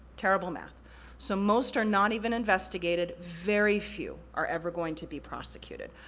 terrible math so, most are not even investigated, very few are ever going to be prosecuted.